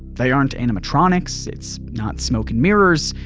they aren't animatronics, it's not smoke and mirrors,